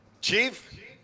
Chief